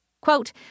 quote